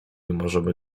możemy